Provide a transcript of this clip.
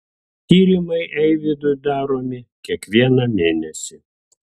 tyrimai eivydui daromi kiekvieną mėnesį